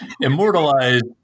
immortalized